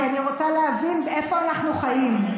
כי אני רוצה להבין איפה אנחנו חיים.